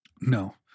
No